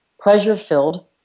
pleasure-filled